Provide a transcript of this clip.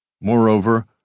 Moreover